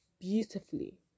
Beautifully